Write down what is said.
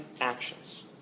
actions